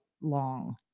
long